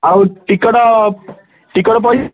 ଆଉ ticket ticket ପଇ